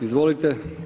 Izvolite.